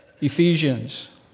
Ephesians